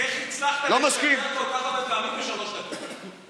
איך הצלחת לשקר כל כך הרבה פעמים בשלוש דקות?